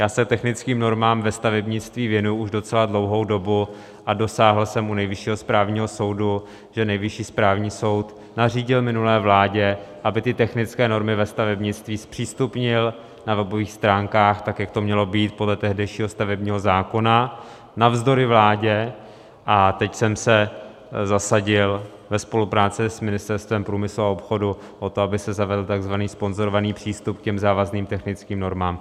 Já se technickým normám ve stavebnictví věnuji už docela dlouhou dobu a dosáhl jsem u Nejvyššího správního soudu, že Nejvyšší správní soud nařídil minulé vládě, aby technické normy ve stavebnictví zpřístupnila na webových stránkách, tak jak to mělo být podle tehdejšího stavebního zákona, navzdory vládě, a teď jsem se zasadil ve spolupráci s Ministerstvem průmyslu a obchodu o to, aby se zavedl takzvaný sponzorovaný přístup k závazným technickým normám.